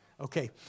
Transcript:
Okay